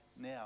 now